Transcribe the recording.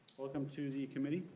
welcome to the committee.